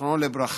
זיכרונו לברכה,